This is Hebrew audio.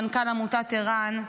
מנכ"ל עמותת ער"ן,